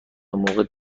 موقع